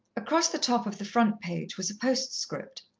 across the top of the front page was a postscript.